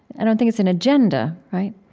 i don't think it's an agenda, right?